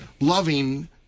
loving